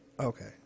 Okay